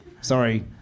Sorry